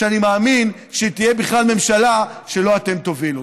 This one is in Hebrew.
שאני מאמין שהיא תהיה בכלל ממשלה שלא אתם תובילו.